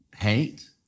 hate